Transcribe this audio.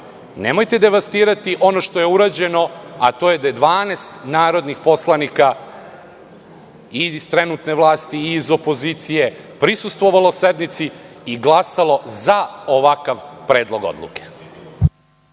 nemojte devastirati ono što je urađeno, a to je da je 12 narodnih poslanika i iz trenutne vlasti i iz opozicije prisustvovalo sednici i glasalo za ovakav predlog odluke.